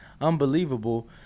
unbelievable